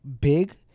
big